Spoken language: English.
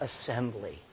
assembly